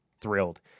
thrilled